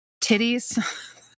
titties